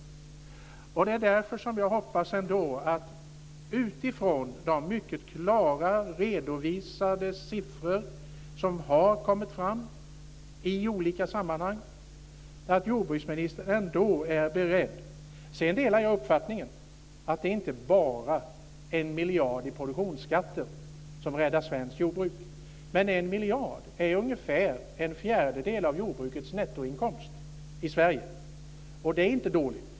Det är därför som jag ändå hoppas, utifrån de mycket klara redovisade siffror som har kommit fram i olika sammanhang, att jordbruksministern är beredd. Sedan delar jag uppfattningen att det inte bara är 1 miljard i produktionsskatter som räddar svenskt jordbruk. Men 1 miljard är ungefär en fjärdedel av jordbrukets nettoinkomst i Sverige, och det är inte dåligt.